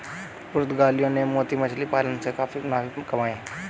पुर्तगालियों ने मोती मछली पालन से काफी मुनाफे कमाए